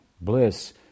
bliss